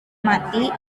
mati